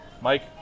Mike